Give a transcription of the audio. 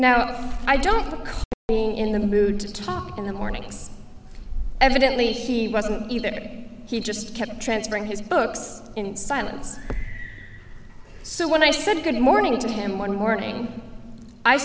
now i don't being in the mood to talk in the mornings evidently he wasn't either he just kept transferring his books in silence so when i said good morning to him one morning i